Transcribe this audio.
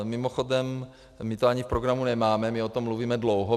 Mimochodem my to ani v programu nemáme, my o tom mluvíme dlouho.